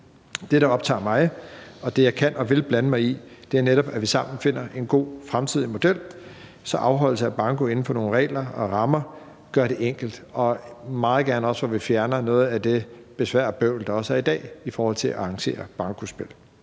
Det, der optager mig, og det, jeg kan og vil blande mig i, er netop, at vi sammen finder en god fremtidig model, så afholdelse af banko inden for nogle regler og rammer gøres enkelt. Jeg ser også meget gerne, at vi fjerner noget af det besvær og bøvl, der også er i dag i forhold til at arrangere bankospil.